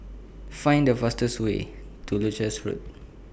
Find The fastest Way to Leuchars Road